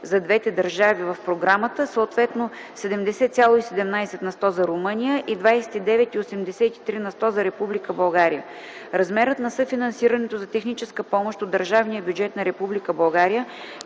за двете държави в програмата, съответно 70,17 на сто за Румъния и 29, 83 на сто за Република България. Размерът на съфинансирането за техническа помощ от държавния бюджет на Република България,